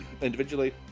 individually